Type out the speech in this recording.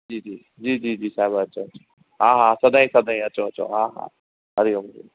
जी जी जी जी जी साहिबु अचो अचो हा हा सदाईं सदाईं अचो अचो हा हा हरी ओम